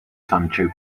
sancho